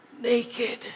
naked